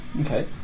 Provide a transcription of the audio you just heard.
Okay